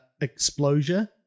explosion